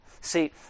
See